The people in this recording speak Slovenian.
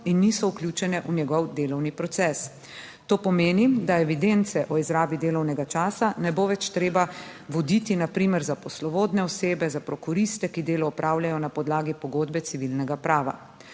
in niso vključene v njegov delovni proces. To pomeni, da evidence o izrabi delovnega časa ne bo več treba voditi na primer za poslovodne osebe, za prokuriste, ki delo opravljajo na podlagi pogodbe civilnega prava.